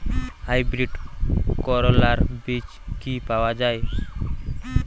Hybrid করলার বীজ কি পাওয়া যায়?